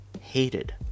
hated